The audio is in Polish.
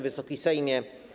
Wysoki Sejmie!